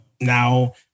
now